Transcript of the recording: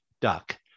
duck